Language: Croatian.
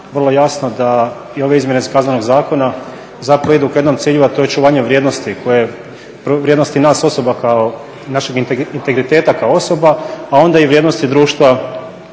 vrlo jasno da ove izmjene Kaznenog zakona zapravo idu ka jednom cilju, a to je očuvanje vrijednosti nas osoba kao našeg integriteta kao osoba, a onda i vrijednosti društva